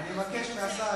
אני מבקש מהשר,